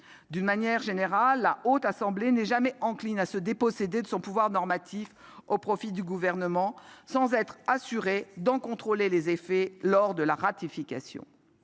D'une manière générale, la Haute Assemblée n'est jamais encline à se déposséder de son pouvoir normatif au profit du Gouvernement, sans être assurée d'en contrôler les effets lors de la ratification.